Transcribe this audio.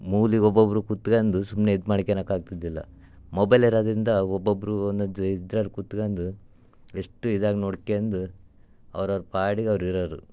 ಮೂಲೆಗ್ ಒಬ್ಬೊಬ್ಬರು ಕುತ್ಗಂದು ಸುಮ್ಮನೆ ಇದು ಮಾಡ್ಕಣಕಾಗ್ತಿದ್ದಿಲ್ಲ ಮೊಬೈಲ್ ಇರೋದ್ರಿಂದ ಒಬ್ಬೊಬ್ಬರು ಒಂದೊಂದು ಇದ್ರಲ್ಲಿ ಕುತ್ಕಂದು ಎಷ್ಟು ಇದಾಗಿ ನೋಡ್ಕಂದು ಅವ್ರವ್ರ ಪಾಡಿಗೆ ಅವ್ರು ಇರೋವ್ರು